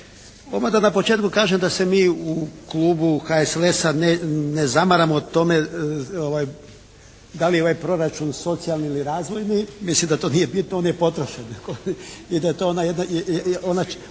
na početku kažem da se mi u Klubu HSLS-a ne zamaramo tome da li je ovaj proračun socijalni ili razvojni? Mislim da to nije bitno. On je potrošen. I da je to ona jedna, ona,